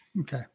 Okay